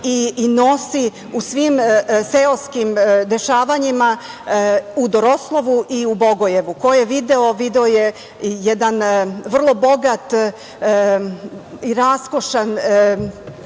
i nosi u svim seoskim dešavanjima u Doroslovu i u Bogojevu. Ko je video, video je jedan vrlo bogat i raskošan